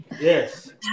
Yes